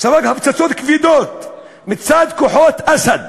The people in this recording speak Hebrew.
הוא ספג הפצצות כבדות מצד כוחות אסד.